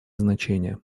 значение